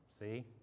See